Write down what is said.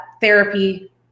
therapy